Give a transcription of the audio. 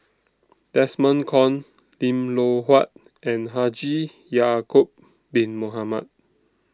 Desmond Kon Lim Loh Huat and Haji Ya'Acob Bin Mohamed